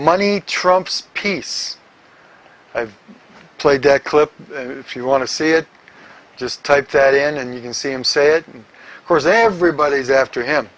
money trumps peace i played that clip if you want to see it just type that in and you can see him say it of course everybody's after him